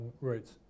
routes